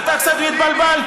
אתה קצת התבלבלת.